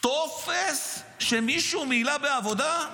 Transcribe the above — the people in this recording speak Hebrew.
טופס שמישהו מילא בעבודה?